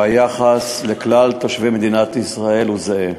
והיחס לכלל תושבי מדינת ישראל הוא זהה.